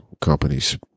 companies